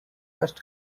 first